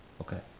okay